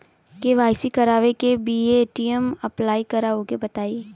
KYC करावे के बा ए.टी.एम अप्लाई करा ओके बताई?